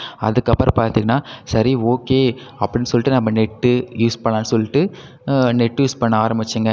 அதுக்கப்புறம் பார்த்தீங்கன்னா சரி ஓகே அப்படின்னு சொல்லிட்டு நம்ம நெட்டு யூஸ் பண்ணலாம்னு சொல்லிட்டு நெட் யூஸ் பண்ண ஆரம்மிச்சேங்க